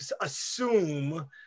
assume